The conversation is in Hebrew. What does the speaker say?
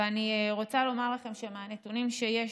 ואני רוצה לומר לכם שמהנתונים שיש,